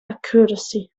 accuracy